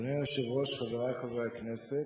אדוני היושב-ראש, חברי חברי הכנסת,